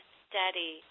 steady